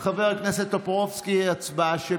תודה.